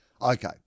Okay